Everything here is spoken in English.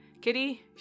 Kitty